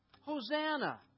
Hosanna